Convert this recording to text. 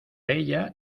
ella